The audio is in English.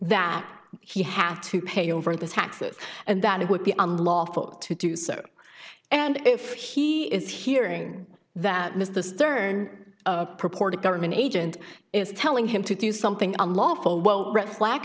that he had to pay over the taxes and that it would be unlawful to do so and if he is hearing that mr stern purported government agent is telling him to do something unlawful well red flag